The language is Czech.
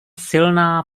silná